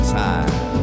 time